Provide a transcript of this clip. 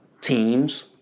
teams